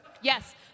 Yes